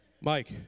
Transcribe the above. Mike